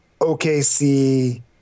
OKC